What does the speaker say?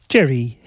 Jerry